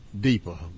deeper